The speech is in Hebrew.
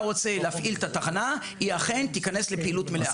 רוצה להפעיל את התחנה היא אכן תיכנס לפעילות מלאה.